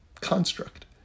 construct